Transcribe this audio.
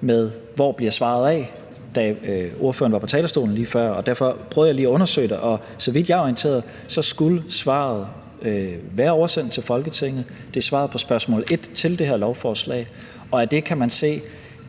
med, hvor svaret bliver af, da ordføreren var på talerstolen lige før, og derfor prøvede jeg lige at undersøge det. Så vidt jeg er orienteret, skulle svaret være oversendt til Folketinget. Det er svaret på spørgsmål 1 til det her lovforslag, og af det kan man se,